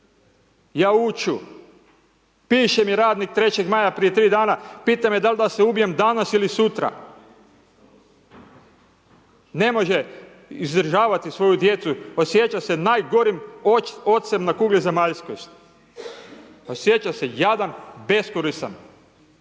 jauču Piše mi radnik „3. maja“ prije tri dana, pita me: „Da li da se ubijem danas ili sutra?“ Ne može izdržavati svoju djecu. Osjeća se najgorim ocem na kugli zemaljskoj. Osjeća se jadan, beskoristan.